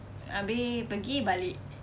abeh pergi balik